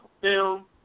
film